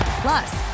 Plus